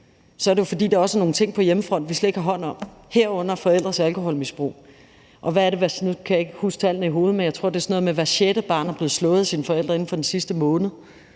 er det jo, fordi der også er nogle ting på hjemmefronten, vi slet ikke har hånd om, herunder forældres alkoholmisbrug. Nu kan jeg ikke huske tallene i hovedet, men jeg tror, det er sådan noget med, at hvert sjette barn er blevet slået af sine forældre inden for den sidste måned.